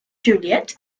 juliet